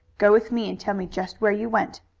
go with me and tell me just where you went.